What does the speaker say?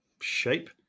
shape